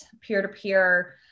peer-to-peer